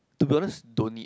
to be honest don't need